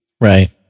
Right